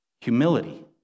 humility